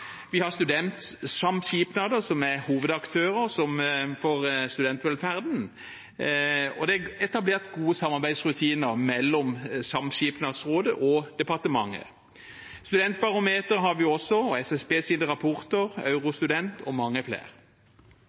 vi har studentsamskipnader, som er hovedaktører for studentvelferden, og det er etablert gode samarbeidsrutiner mellom Samskipnadsrådet og departementet. Studentbarometeret har vi også og SSBs rapporter Eurostudent og mange flere.